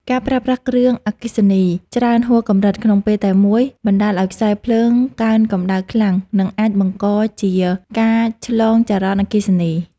ការប្រើប្រាស់គ្រឿងអគ្គិសនីច្រើនហួសកម្រិតក្នុងពេលតែមួយបណ្តាលឱ្យខ្សែភ្លើងកើនកម្តៅខ្លាំង និងអាចបង្កជាការឆ្លងចរន្តអគ្គិសនី។